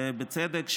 ובצדק,